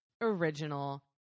original